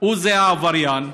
הוא העבריין,